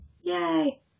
yay